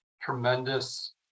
tremendous